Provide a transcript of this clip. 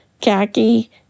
khaki